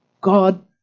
God